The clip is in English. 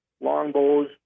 longbows